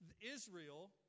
Israel